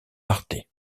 arte